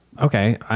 okay